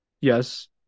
Yes